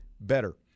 better